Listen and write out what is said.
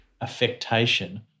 affectation